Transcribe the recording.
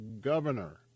governor